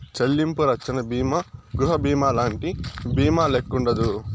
చెల్లింపు రచ్చన బీమా గృహబీమాలంటి బీమాల్లెక్కుండదు